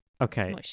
okay